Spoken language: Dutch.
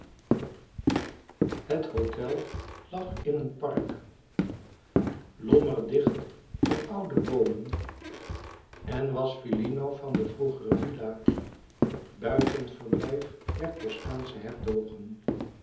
het hotel lag in een park lommerdicht van oude boomen en was villino van de vroegere villa buitenverblijf der toskaansche hertogen